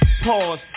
Pause